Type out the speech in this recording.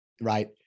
Right